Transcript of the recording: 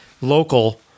local